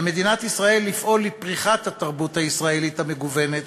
על מדינת ישראל לפעול לפריחת התרבות הישראלית המגוונת,